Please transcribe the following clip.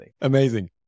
Amazing